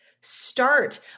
start